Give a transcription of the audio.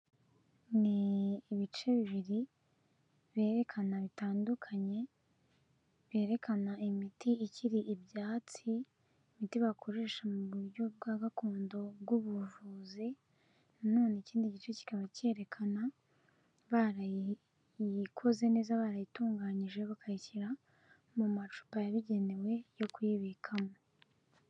Ni ibice bibiri berekana bitandukanye berekana imiti ikiri ibyatsi, imiti bakoresha mu buryo bwa gakondo bw'ubuvuzi, nanone ikindi gice kikaba cyerekana barayikoze neza barayitunganyije bakayishyira mu macupa yabigenewe yo kuyibikamo.